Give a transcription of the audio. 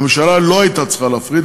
הממשלה לא הייתה צריכה להפריט.